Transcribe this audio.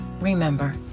Remember